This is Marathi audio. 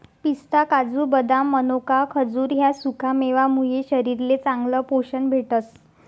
पिस्ता, काजू, बदाम, मनोका, खजूर ह्या सुकामेवा मुये शरीरले चांगलं पोशन भेटस